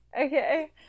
Okay